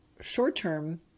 short-term